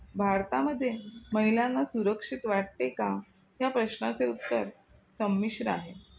भारतामध्ये महिलांना सुरक्षित वाटते का या प्रश्नाचे उत्तर संमिश्र आहे